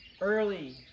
Early